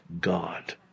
God